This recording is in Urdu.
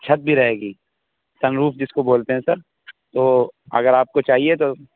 چھت بھی رہے گی سن روف جس کو بولتے ہیں سر تو اگر آپ کو چاہیے تو